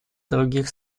других